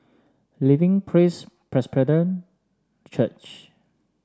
Living Praise Presbyterian Church